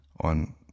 On